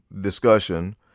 discussion